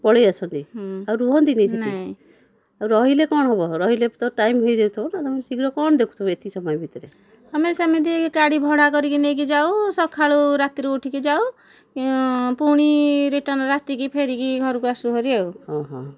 ପଳେଇଆସନ୍ତି ହଁ ଆଉ ରୁହନ୍ତିନି ସେଠି ନାଇଁ ରହିଲେ କ'ଣ ହେବ ରହିଲେ ତ ଟାଇମ୍ ହେଇଯାଉଥିବ ନା ତୁମେ ଶୀଘ୍ର କ'ଣ ଦେଖୁଥିବ ଏତିକି ସମୟ ଭିତରେ ଆମେ ସେମିତି ଗାଡ଼ି ଭଡ଼ା କରିକି ନେଇକି ଯାଉ ସକାଳୁ ରାତିରୁ ଉଠିକି ଯାଉ ପୁଣି ରିଟର୍ନ ରାତିକି ଫେରିକି ଘରକୁ ଆସୁହେରି ଆଉ ଓ ଓଃ